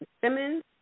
Simmons